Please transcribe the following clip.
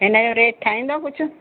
इनजो रेट ठाहींदा कुझु